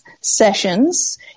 sessions